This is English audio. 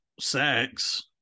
sex